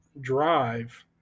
drive